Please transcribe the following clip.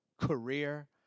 career